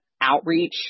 outreach